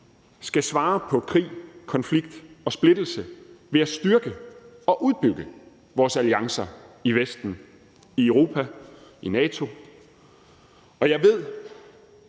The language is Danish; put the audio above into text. skal svare på krig, konflikt og splittelse ved at styrke og udbygge vores alliancer i Vesten, i Europa, i NATO. Og jeg ved,